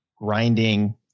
grinding